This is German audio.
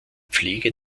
pflege